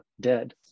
dead